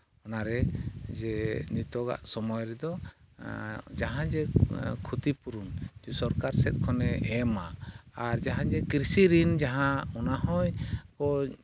ᱚᱱᱟᱨᱮ ᱡᱮ ᱱᱤᱛᱳᱜᱟᱜ ᱥᱚᱢᱚᱭ ᱨᱮᱫᱚ ᱡᱟᱦᱟᱸᱭ ᱡᱮ ᱠᱷᱩᱛᱤ ᱯᱩᱨᱩᱱ ᱡᱮ ᱥᱚᱨᱠᱟᱨ ᱥᱮᱫ ᱠᱷᱚᱱᱮ ᱮᱢᱟᱭ ᱟᱨ ᱡᱟᱦᱟᱸ ᱡᱮ ᱠᱨᱤᱥᱤ ᱨᱤᱱ ᱡᱟᱦᱟᱸ ᱚᱱᱟ ᱦᱚᱸᱭ ᱠᱚ